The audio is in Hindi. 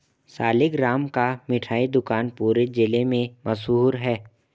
सालिगराम का मिठाई दुकान पूरे जिला में मशहूर है